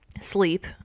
sleep